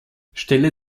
stelle